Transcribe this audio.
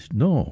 no